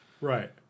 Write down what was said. Right